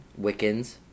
Wiccans